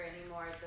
anymore